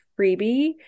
freebie